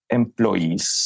employees